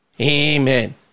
Amen